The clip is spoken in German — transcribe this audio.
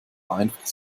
einfach